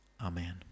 Amen